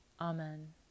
Amen